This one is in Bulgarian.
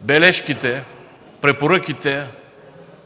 бележките, препоръките,